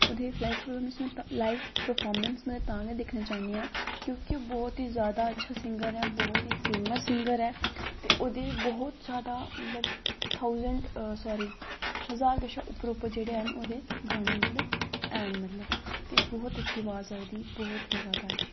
ओह्दी live performance live performance में तां गै दिक्खना चाह्न्नी आं क्योंकि ओह् बहुत ही जादा अच्छा सिंगर ऐ बहुत ही फेमस सिंगर ऐ ते ओह्दी बहुत जादा मतलव थाऊसैंट सॉरी हज़ार कशा उप्पर उप्पर ओह्दे गाने मतलव हैन मतलव ते बहुत अच्छी अवाज़ ऐ ओह्दी बहुत गै अच्छी